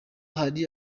hari